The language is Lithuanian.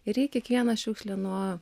ir ji kiekvieną šiukšlę nuo